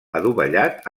adovellat